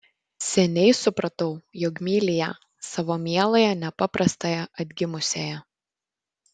seniai supratau jog myli ją savo mieląją nepaprastąją atgimusiąją